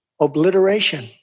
obliteration